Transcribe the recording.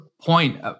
point